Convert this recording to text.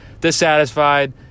dissatisfied